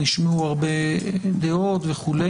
נשמעו הרבה דעות וכו'.